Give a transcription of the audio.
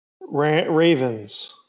Ravens